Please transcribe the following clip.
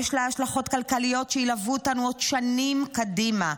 יש לה השלכות כלכליות שילוו אותנו עוד שנים קדימה.